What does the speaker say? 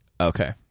Okay